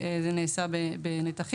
זה נעשה בנתחים.